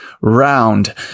round